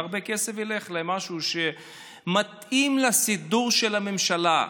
והרבה כסף ילך למשהו שמתאים לסידור של הממשלה.